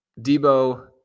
Debo